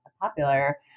popular